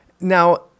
Now